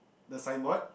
the signboard